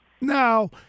now